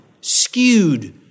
skewed